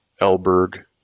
Elberg